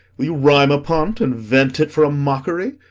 will you rhyme upon't, and vent it for a mock'ry?